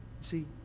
See